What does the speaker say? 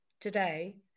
today